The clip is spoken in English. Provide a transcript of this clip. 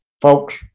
Folks